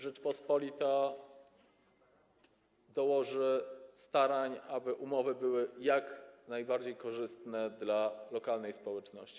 Rzeczpospolita dołoży starań, aby umowy były jak najbardziej korzystne dla lokalnej społeczności.